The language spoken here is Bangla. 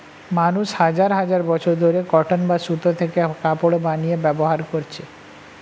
মানুষ হাজার হাজার বছর ধরে কটন বা সুতো থেকে কাপড় বানিয়ে ব্যবহার করছে